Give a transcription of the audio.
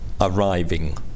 arriving